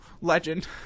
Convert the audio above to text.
Legend